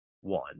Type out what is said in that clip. one